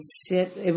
sit